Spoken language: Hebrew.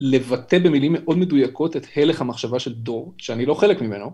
לבטא במילים מאוד מדויקות את הלך המחשבה של דור, שאני לא חלק ממנו.